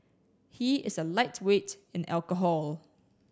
he is a lightweight in alcohol